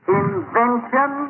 invention